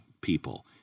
people